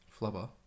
Flubber